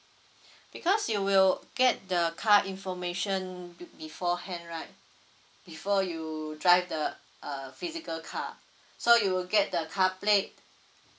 because you will get the card information beforehand right before you drive the uh physical car so you will get the car plate